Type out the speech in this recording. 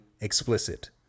explicit